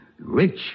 Rich